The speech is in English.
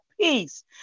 peace